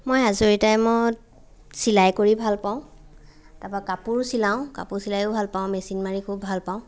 মই আজৰি টাইমত চিলাই কৰি ভাল পাওঁ তাৰপা কাপোৰো চিলাওঁ কাপোৰ চিলাইও ভাল পাওঁ মেচিন মাৰি খুব ভাল পাওঁ